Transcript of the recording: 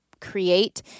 create